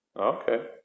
Okay